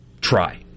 try